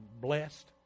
blessed